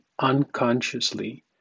unconsciously